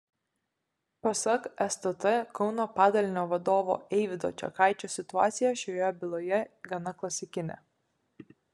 pasak stt kauno padalinio vadovo eivydo čekaičio situacija šioje byloje gana klasikinė